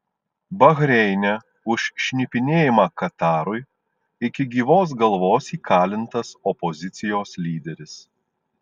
bahreine už šnipinėjimą katarui iki gyvos galvos įkalintas opozicijos lyderis